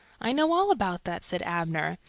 i know all about that, said abner,